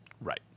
Right